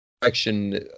direction